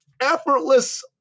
Effortless